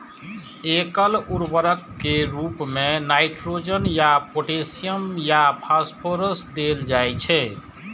एकल उर्वरक के रूप मे नाइट्रोजन या पोटेशियम या फास्फोरस देल जाइ छै